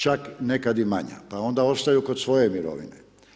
Čak i nekada manja, pa onda ostaju kod svoje mirovine.